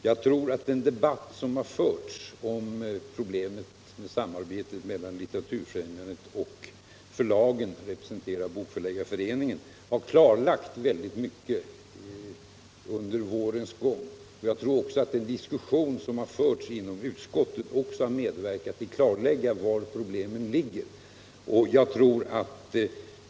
Jag tror att den debatt som har förts om samarbetet mellan Litteraturfrämjandet och Bok förläggareföreningen har klarlagt mycket under vårens gång. Jag tror även att den diskussion som har framförts inom utskottet har medverkat till att klarlägga var problemen finns.